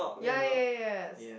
ya ya ya ya